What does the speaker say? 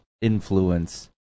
influence